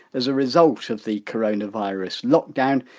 as a result of the coronavirus lockdown,